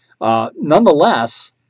Nonetheless